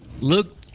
look